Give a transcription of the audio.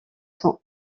sont